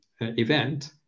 event